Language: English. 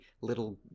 little